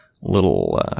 Little